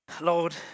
Lord